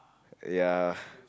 ya